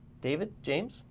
david, james,